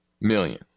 million